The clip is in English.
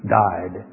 died